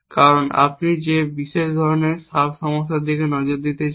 কারণ আপনি যে বিশেষ ধরনের সাব সমস্যার দিকে নজর দিতে চান